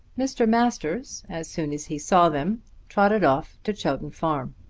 mr. masters as soon as he saw them trotted off to chowton farm.